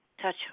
touch